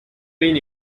been